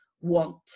want